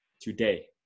today